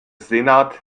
senat